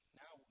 now